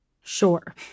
Sure